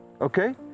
okay